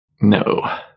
No